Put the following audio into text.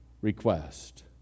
request